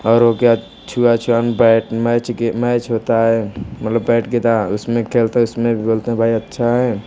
और वो क्या छुआ छूआन मैच के मैच होता है मतलब बैट के तरह उसमें खेलते है उसमें भी बोलते हैं भाई अच्छा है